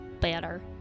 better